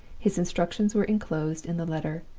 his instructions were inclosed in the letter,